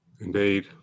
Indeed